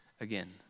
again